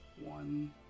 One